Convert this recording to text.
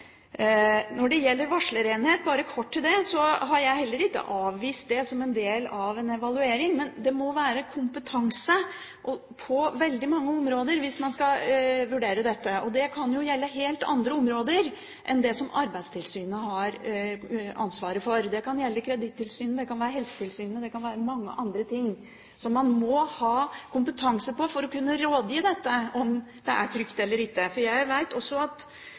Når det gjelder varslerenhet, bare kort til det, har jeg heller ikke avvist det som en del av en evaluering, men det må være kompetanse på veldig mange områder hvis man skal vurdere det. Det kan gjelde helt andre områder enn det som Arbeidstilsynet har ansvaret for. Det kan gjelde Kredittilsynet, det kan være Helsetilsynet – det kan være mange andre ting man må ha kompetanse på for å kunne gi råd om det er trygt eller ikke. Jeg vet også at det er avgjørende for veldig mange at de kan få slike råd. Jeg innrømmer at